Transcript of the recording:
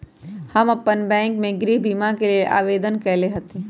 हम अप्पन बैंक में गृह बीमा के लेल आवेदन कएले हति